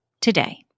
today